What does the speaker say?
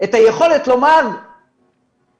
את היכולת לומר חבר'ה,